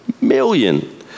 million